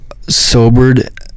sobered